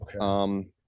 Okay